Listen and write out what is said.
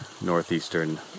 northeastern